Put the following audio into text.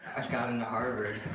got into harvard.